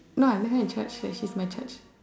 no I met her in Church so she's my Church